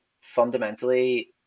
fundamentally